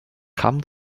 come